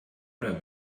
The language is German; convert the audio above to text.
oder